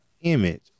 image